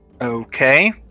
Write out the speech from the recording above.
Okay